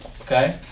Okay